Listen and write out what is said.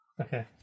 Okay